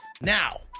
Now